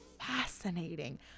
fascinating